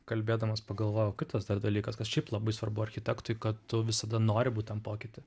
kalbėdamas pagalvojau kitas dar dalykas kas šiaip labai svarbu architektui kad tu visada nori būt tam pokyty